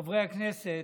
חברי הכנסת,